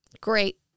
Great